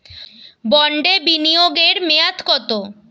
বন্ডে বিনিয়োগ এর মেয়াদ কত?